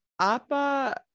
Appa